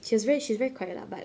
she's very she's very quiet lah but